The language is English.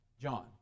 John